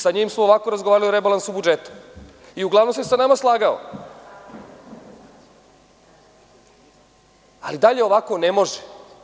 Sa njim smo ovako razgovarali o rebalansu budžeta i uglavnom se sa nama slagao, ali dalje ovako ne može.